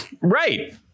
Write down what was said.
Right